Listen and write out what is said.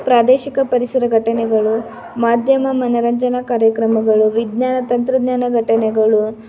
ಪ್ರಾದೇಶಿಕ ಪರಿಸರ ಘಟನೆಗಳು ಮಾಧ್ಯಮ ಮನೋರಂಜನ ಕಾರ್ಯಕ್ರಮಗಳು ವಿಜ್ಞಾನ ತಂತ್ರಜ್ಞಾನ ಘಟನೆಗಳು